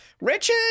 Richard